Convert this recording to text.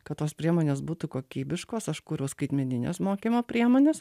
kad tos priemonės būtų kokybiškos aš kūriau skaitmenines mokymo priemones